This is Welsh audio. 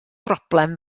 broblem